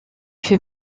fait